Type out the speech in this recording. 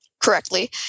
correctly